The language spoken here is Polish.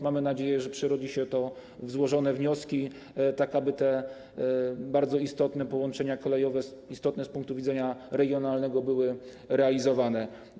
Mamy nadzieję, że przerodzi się to w złożone wnioski, tak aby te bardzo istotne połączenia kolejowe, istotne z punktu widzenia regionalnego, były realizowane.